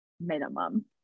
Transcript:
minimum